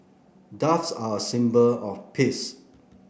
doves are a symbol of peace